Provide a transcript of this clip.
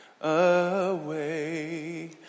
away